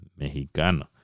Mexicano